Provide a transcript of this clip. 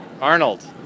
arnold